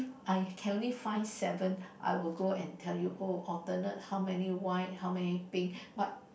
I can only find seven I will go and tell you oh alternate how many white how many pink but